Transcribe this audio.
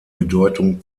bedeutung